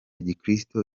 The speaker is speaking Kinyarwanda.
gikristo